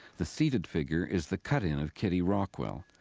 the seated figure is the cut-in of kitty rockwell.